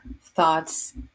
thoughts